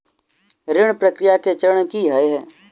ऋण प्रक्रिया केँ चरण की है?